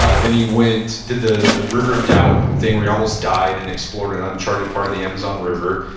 ah then he went and did the the river of doubt thing where he almost died and explored an uncharted part of the amazon river.